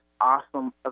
awesome